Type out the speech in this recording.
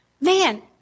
Man